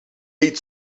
eight